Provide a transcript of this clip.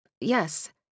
Yes